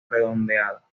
redondeada